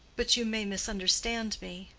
but you may misunderstand me.